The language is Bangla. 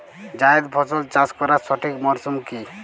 জায়েদ ফসল চাষ করার সঠিক মরশুম কি?